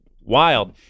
wild